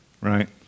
right